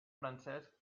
francesc